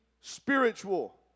spiritual